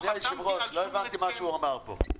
אדוני היושב-ראש, לא הבנתי מה הוא אמר פה.